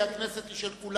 כי הכנסת היא של כולנו.